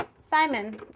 Simon